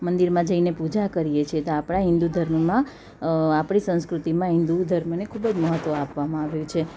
મંદિરમાં જઈને પૂજા કરીએ છીએ તો આપણા હિન્દુ ધર્મમાં આપણી સંસ્કૃતિમાં હિન્દુ ધર્મને ખૂબ જ મહત્ત્વ આપવામાં આવ્યું છે